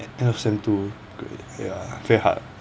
end of sem two great ya very hard